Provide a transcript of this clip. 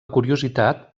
curiositat